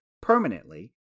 permanently